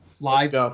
live